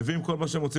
מביאים כל מה שרוצים,